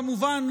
כמובן,